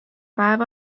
päev